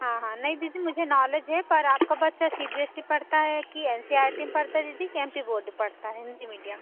हाँ हाँ नहीं दीदी मुझे नॉलेज है पर आपका बच्चा सी बी एस सी पढ़ता है कि एन सी आर टी में पढ़ता है दीदी कि एम पी बोर्ड में पढ़ता है हिन्दी मीडियम